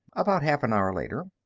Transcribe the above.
about half an hour later,